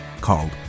called